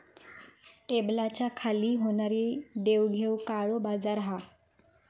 टेबलाच्या खाली होणारी देवघेव काळो बाजार हा